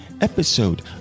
episode